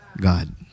God